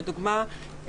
לדוגמה,